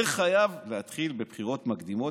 זה חייב להתחיל מבחירות מקדימות,